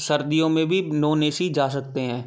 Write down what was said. सर्दियो में भी नॉन ए सी जा सकते हैं